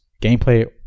gameplay